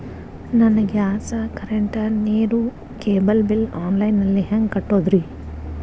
ನನ್ನ gas, current, ನೇರು, cable bill online ನಲ್ಲಿ ಹೆಂಗ್ ಕಟ್ಟೋದ್ರಿ?